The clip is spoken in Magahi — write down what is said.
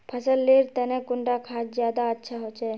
फसल लेर तने कुंडा खाद ज्यादा अच्छा होचे?